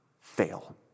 fail